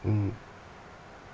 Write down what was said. mm